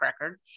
record